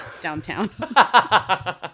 downtown